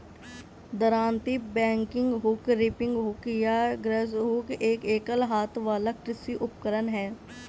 दरांती, bagging hook, reaping hook या grass hook एक एकल हाथ वाला कृषि उपकरण है